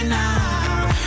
now